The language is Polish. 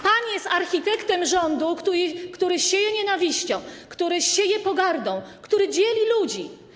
Pan jest architektem rządu, który zieje nienawiścią, który zieje pogardą, który dzieli ludzi.